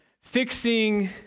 fixing